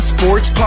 Sports